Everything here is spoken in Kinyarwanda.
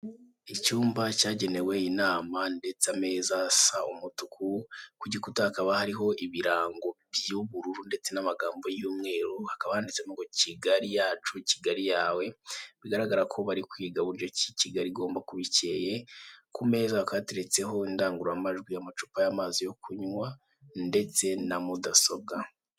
Icyumba cyagenewe inama ndetse ameza asa umutuku, ku gikuta hakaba hariho ibirango by'ubururu ndetse n'amagambo y'umweru, hakaba handitsemo ngo " Kigali yacu, Kigali yawe", bigaragara ko bari kwiga uburyo ki Kigali igomba kuba icyeye, ku meza hakaba hateretseho indangururamajwi, amacupa y'amazi yo kunywa ndetse na mudasobwa.